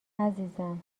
عزیزم